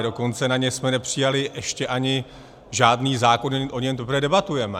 Dokonce na ně jsme nepřijali ještě ani žádný zákon, o něm teprve debatujeme.